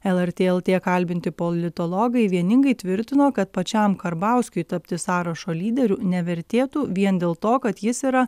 lrt lt kalbinti politologai vieningai tvirtino kad pačiam karbauskiui tapti sąrašo lyderiu nevertėtų vien dėl to kad jis yra